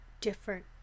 different